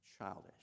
childish